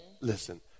Listen